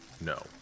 No